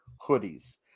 hoodies